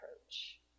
approach